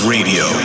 Radio